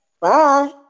Bye